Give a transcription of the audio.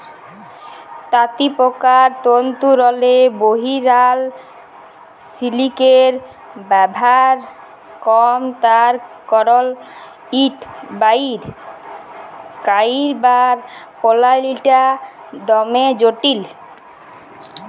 তাঁতিপকার তল্তুরলে বহিরাল সিলিকের ব্যাভার কম তার কারল ইট বাইর ক্যইরবার পলালিটা দমে জটিল